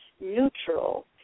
neutral